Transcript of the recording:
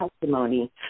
testimony